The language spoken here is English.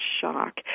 shock